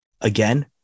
Again